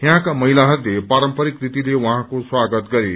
यहाँका महिलाहरूले पारम्परिक रीतिले उहाँको वागत गरे